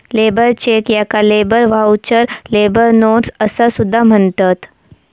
labour cheque याका labour voucher, labour notes असा सुद्धा म्हणतत